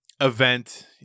event